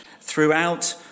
throughout